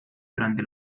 durante